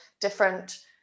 different